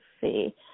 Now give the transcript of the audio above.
see